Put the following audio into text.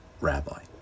rabbi